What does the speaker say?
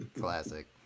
Classic